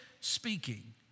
speaking